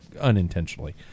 unintentionally